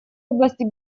области